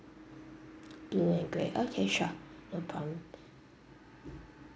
blue and grey okay sure no problem